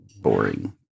boring